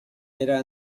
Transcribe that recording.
era